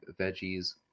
veggies